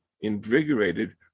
invigorated